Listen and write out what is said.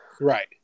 Right